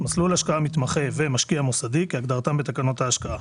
"מסלול השקעה מתמחה" ו"משקיע מוסדי" כהגדרתם בתקנות ההשקעה,".